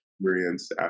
experience